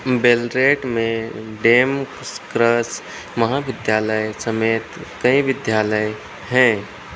Ballarat में Damascus महाविद्यालय समेत कई विद्यालय हैं